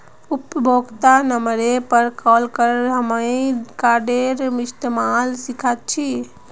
उपभोक्तार नंबरेर पर कॉल करे हामी कार्डेर इस्तमाल सिखल छि